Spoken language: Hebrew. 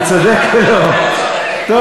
לא